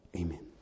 Amen